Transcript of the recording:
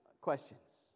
questions